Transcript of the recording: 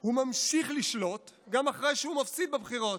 הוא ממשיך לשלוט גם אחרי שהוא מפסיד בבחירות.